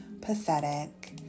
pathetic